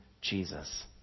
Jesus